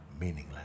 meaningless